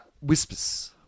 whispers